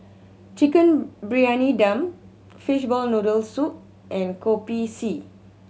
Chicken Briyani Dum fishball noodle soup and Kopi C